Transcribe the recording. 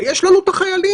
יש לנו את החיילים.